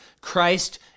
Christ